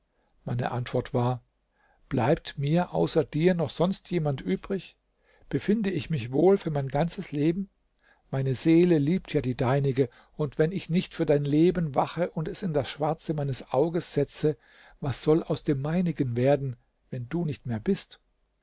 meine antwort war bleibt mir außer dir noch sonst jemand übrig befinde ich mich wohl für mein ganzes leben meine seele liebt ja die deinige und wenn ich nicht für dein leben wache und es in das schwarze meines auges setze was soll aus dem meinigen werden wenn du nicht mehr bist